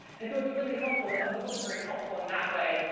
and so it's really helpful, the the book is very helpful in that way,